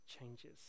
changes